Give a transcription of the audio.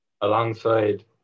alongside